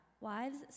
Wives